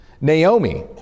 Naomi